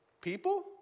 people